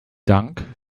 dank